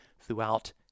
throughout